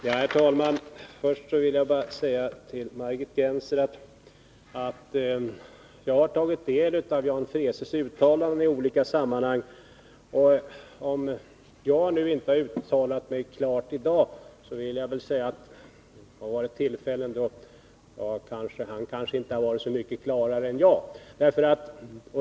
Herr talman! Först vill jag bara säga till Margit Gennser att jag har tagit del av Jan Freeses uttalanden i olika sammanhang. Om jag nu inte har uttalat mig klart i dag, har det funnits tillfällen då han kanske inte har varit så mycket klarare heller.